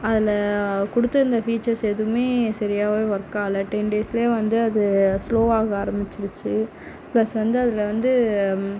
அதில் கொடுத்துருந்த ஃபீச்சர்ஸ் எதுவும் சரியா ஒர்க் ஆகலை டென் டேஸ்லேயே வந்து அது ஸ்லோவாக ஆரம்பிச்சிடுச்சு பிளஸ் வந்து அதில் வந்து